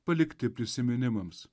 palikti prisiminimams